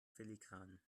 filigran